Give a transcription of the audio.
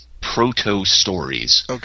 proto-stories